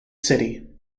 city